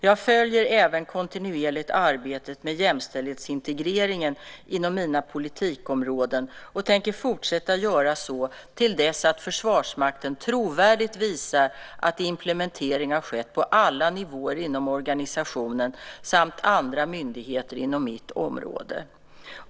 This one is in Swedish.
Jag följer även kontinuerligt arbetet med jämställdhetsintegreringen inom mina politikområden och tänker fortsätta att göra så till dess att Försvarsmakten trovärdigt visat att implementering har skett på alla nivåer inom organisationen samt andra myndigheter inom mitt område.